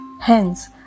Hence